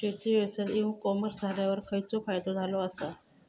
शेती व्यवसायात e commerce इल्यावर खयचो फायदो झालो आसा?